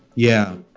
yeah.